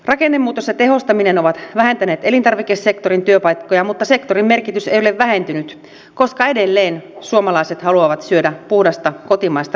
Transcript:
rakennemuutos ja tehostaminen ovat vähentäneet elintarvikesektorin työpaikkoja mutta sektorin merkitys ei ole vähentynyt koska edelleen suomalaiset haluavat syödä puhdasta kotimaista ruokaa